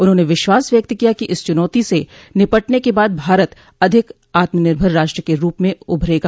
उन्होंने विश्वास व्यक्त किया कि इस च्रनौती से निपटने के बाद भारत अधिक आत्मनिर्भर राष्ट्र के रूप में उभरेगा